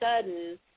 sudden